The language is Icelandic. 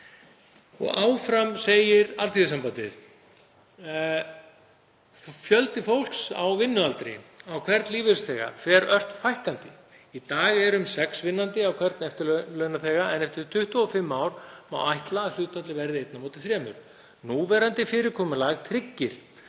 Og áfram segir Alþýðusambandið: „Fjöldi fólks á vinnualdri á hvern lífeyrisþega fer ört fækkandi. Í dag eru um sex vinnandi á hvern eftirlaunaþega en eftir 25 ár má áætla að hlutfallið verði einn á móti þremur. Núverandi fyrirkomulag tryggir